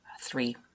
three